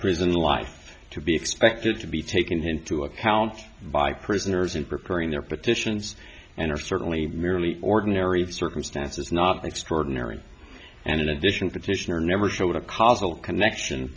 prison life to be expected to be taken into account by prisoners in preparing their petitions and are certainly merely ordinary circumstances not extraordinary and in addition petitioner never showed a cause the connection